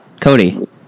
Cody